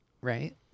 Right